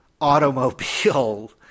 automobile